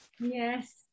yes